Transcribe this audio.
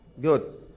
good